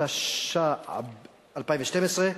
התשע"ב 2012,